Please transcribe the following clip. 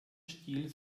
stil